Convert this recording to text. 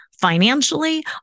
financially